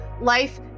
life